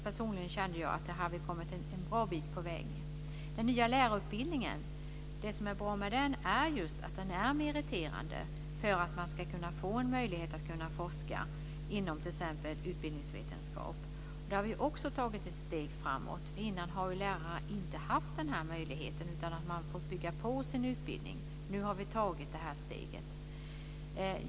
Personligen kände jag att här har vi kommit en bra bit på väg. Det som är bra med den nya lärarutbildningen är just att den är meriterande och ger möjlighet att forska inom t.ex. utbildningsvetenskap. Där har vi också tagit ett steg framåt. Tidigare har ju inte lärarna haft den möjligheten, utan de har fått bygga på sin utbildning. Nu har vi tagit det här steget.